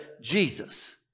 Jesus